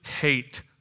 hate